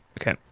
okay